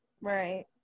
Right